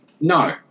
No